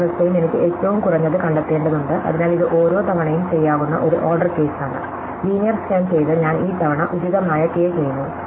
ഓരോ അവസ്ഥയും എനിക്ക് ഏറ്റവും കുറഞ്ഞത് കണ്ടെത്തേണ്ടതുണ്ട് അതിനാൽ ഇത് ഓരോ തവണയും ചെയ്യാവുന്ന ഒരു ഓർഡർ കേസാണ് ലീനിയർ സ്കാൻ ചെയ്ത് ഞാൻ ഈ തവണ ഉചിതമായ k ചെയ്യുന്നു